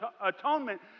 Atonement